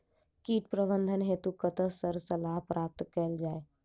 कीट प्रबंधन हेतु कतह सऽ सलाह प्राप्त कैल जाय?